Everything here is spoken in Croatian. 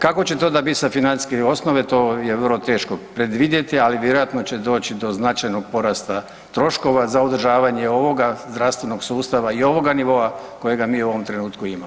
Kako će to bit sa financijske osnove to je vrlo teško predvidjeti, ali vjerojatno će doći do značajnog porasta troškova za održavanje ovoga zdravstvenog sustava i ovoga nivoa kojega mi u ovom trenutku imamo.